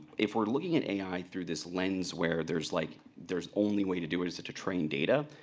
if we're looking at ai through this lens where there's like, there's only way to do it is to train data,